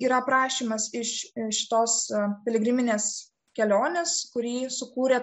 yra aprašymas iš šitos piligriminės keliones kurį sukūrė